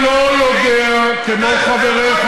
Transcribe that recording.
לא, מילא תתחשבן עם המתים,